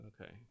Okay